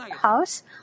house